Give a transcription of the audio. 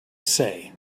say